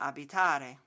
Abitare